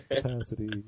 Capacity